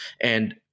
And-